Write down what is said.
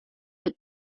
but